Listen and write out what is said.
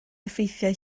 effeithiau